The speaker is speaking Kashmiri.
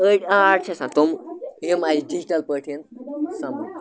أڑۍ آرٹ چھِ آسان تِم یِم اَسہِ ڈِجٹَل پٲٹھۍ یِن سَمٕجھ